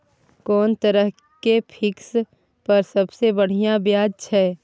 कोन तरह के फिक्स पर सबसे बढ़िया ब्याज छै?